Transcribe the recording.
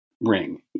ring